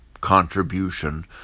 contribution